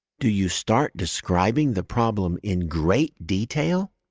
do you start describing the problem in great detail?